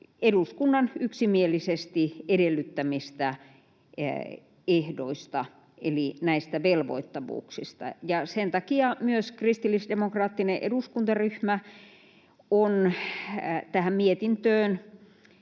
eduskunnan yksimielisesti edellyttämistä ehdoista eli näistä velvoittavuuksista. Sen takia myös kristillisdemokraattinen eduskuntaryhmä on tähän mietintöön